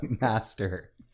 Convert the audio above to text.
master